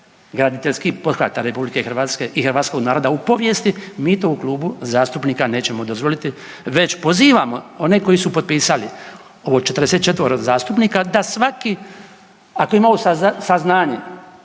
graditeljskih pothvata RH i hrvatskog naroda u povijesti, ti to u klubu zastupnika nećemo dozvoliti već pozivamo one koji su potpisali, ovo 44 zastupnika da svaki, ako imaju saznanje,